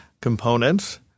components